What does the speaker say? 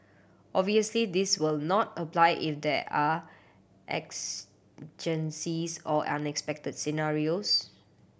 obviously this will not apply if there are exigencies or unexpected scenarios